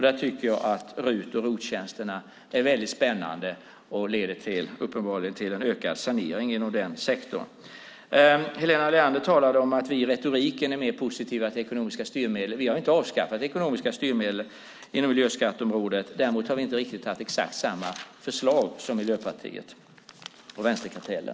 Där tycker jag att RUT och ROT-tjänsterna är väldigt spännande och uppenbarligen leder till en ökad sanering inom sektorn. Helena Leander talade om att vi i retoriken är mer positiva till ekonomiska styrmedel. Vi har inte avskaffat ekonomiska styrmedel inom miljöskatteområdet. Däremot har vi inte riktigt haft exakt samma förslag som Miljöpartiet och vänsterkartellen.